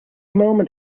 moment